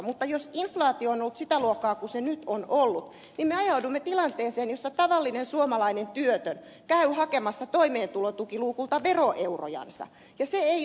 mutta jos inflaatio on sitä luokkaa kuin se nyt on ollut niin me ajaudumme tilanteeseen jossa tavallinen suomalainen työtön käy hakemassa toimeentulotukiluukulta veroeurojansa ja se ei ole järkevää